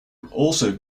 also